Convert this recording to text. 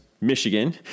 Michigan